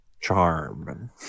charm